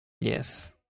Yes